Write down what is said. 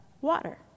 water